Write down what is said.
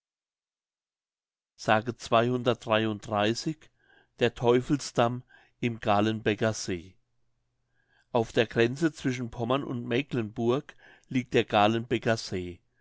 s der teufelsdamm im galenbecker see auf der grenze zwischen pommern und mecklenburg liegt der galenbecker see